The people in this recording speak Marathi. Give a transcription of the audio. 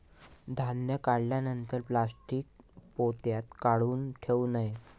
धान्य काढल्यानंतर प्लॅस्टीक पोत्यात काऊन ठेवू नये?